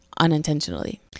unintentionally